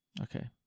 Okay